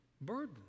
Burden